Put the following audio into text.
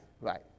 Right